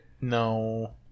No